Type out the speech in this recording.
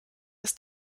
ist